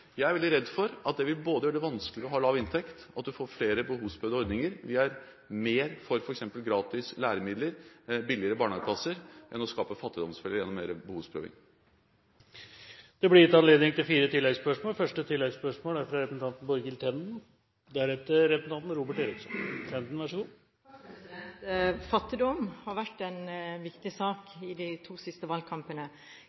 Jeg er veldig redd for at det både vil gjøre det vanskelig å ha lav inntekt, og at du får flere behovsprøvde ordninger. Vi er mer for f.eks. gratis læremidler og billige barnehageplasser enn for å skape fattigdomsfeller gjennom mer behovsprøving. Det blir gitt anledning til fire oppfølgingsspørsmål – først fra Borghild Tenden.